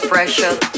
Pressure